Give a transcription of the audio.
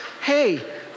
Hey